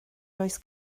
oes